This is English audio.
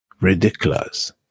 ridiculous